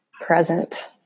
present